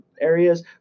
areas